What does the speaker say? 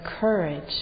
courage